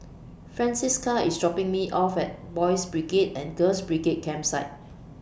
Francisca IS dropping Me off At Boys' Brigade and Girls' Brigade Campsite